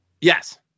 Yes